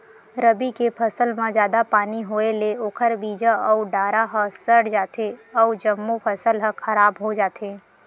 रबी के फसल म जादा पानी होए ले ओखर बीजा अउ डारा ह सर जाथे अउ जम्मो फसल ह खराब हो जाथे